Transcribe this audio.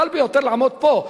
הקל ביותר זה לעמוד פה,